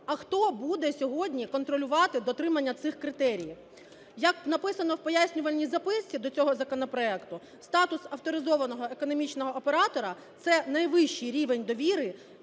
а хто буде сьогодні контролювати дотримання цих критеріїв? Як написано в пояснювальній записці до цього законопроекту, статус авторизованого економічного оператора – це найвищий рівень довіри